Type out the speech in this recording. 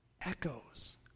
echoes